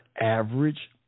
average